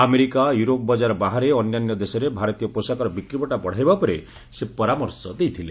America Europe ବଜାର ବାହାରେ ଅନ୍ୟାନ୍ୟ ଦେଶରେ ଭାରତୀୟ ପୋଷାକର ବିକ୍ରିବଟା ବଢ଼ାଇବା ଉପରେ ସେ ପରାମର୍ଶ ଦେଇଥିଲେ